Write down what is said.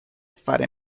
fare